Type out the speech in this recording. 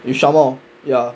with name ya